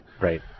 Right